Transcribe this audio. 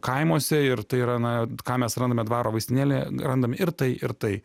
kaimuose ir tai yra na ką mes randame dvaro vaistinėlėje randame ir tai ir tai